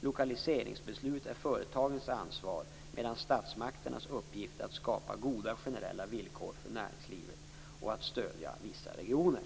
Lokaliseringsbeslut är företagens ansvar medan statsmakternas uppgift är att skapa goda generella villkor för näringslivet och att stödja vissa regioner.